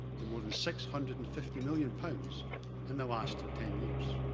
to more than six hundred and fifty million pounds in the last ten years.